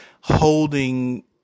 holding